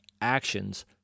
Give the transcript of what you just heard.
actions